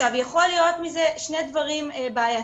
יכול להיות מזה שני דברים בעייתיים: